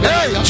Hey